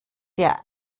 der